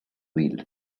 wheel